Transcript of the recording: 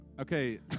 Okay